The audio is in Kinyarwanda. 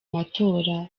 matora